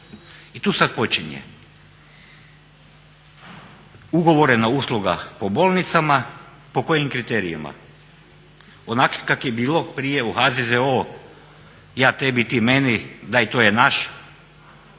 I tu sad počinje, ugovorena usluga po bolnicama. Po kojim kriterijima? Onakvim kak je bilo prije u HZZO-u ja tebi, ti meni, daj to je naše?